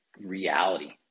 reality